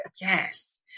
Yes